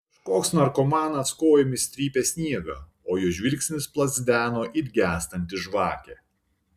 kažkoks narkomanas kojomis trypė sniegą o jo žvilgsnis plazdeno it gęstanti žvakė